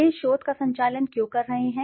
वे इस शोध का संचालन क्यों कर रहे हैं